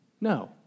No